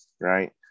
Right